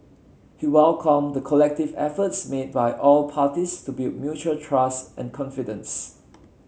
he welcomed the collective efforts made by all parties to build mutual trust and confidence